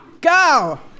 Go